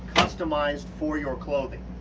customized for your clothing.